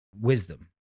wisdom